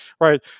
right